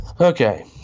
Okay